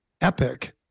epic